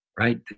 right